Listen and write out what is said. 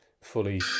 fully